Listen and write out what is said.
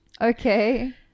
Okay